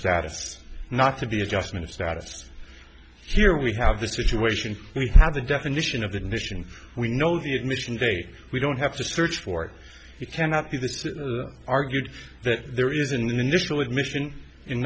status not to the adjustment of status here we have the situation we have the definition of the mission we know the admission of a we don't have to search for you cannot be the argued that there is an initial admission in